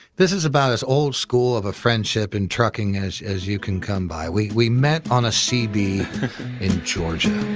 this is about as old school of a friendship in and trucking as as you can come by. we we met on a cb in georgia.